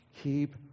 Keep